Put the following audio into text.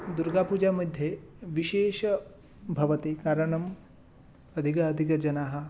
दुर्गापूजामध्ये विशेषः भवति कारणम् अधिकाधिकजनाः